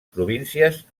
províncies